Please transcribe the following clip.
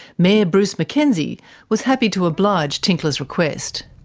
mayor bruce mackenzie was happy to oblige tinkler's request.